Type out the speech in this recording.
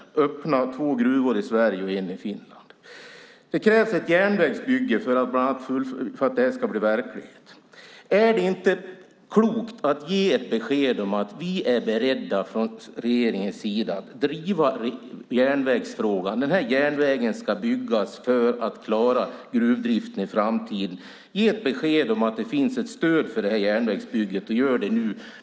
Det handlar om att öppna två gruvor i Sverige och en i Finland. Det krävs ett järnvägsbygge för att det ska bli verklighet. Är det inte klokt att ge ett besked om att man är beredd från regeringens sida att driva järnvägsfrågan? Den järnvägen ska byggas för att man ska klara gruvdriften i framtiden. Ge ett besked om att det finns stöd för det järnvägsbygget! Gör det nu!